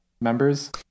members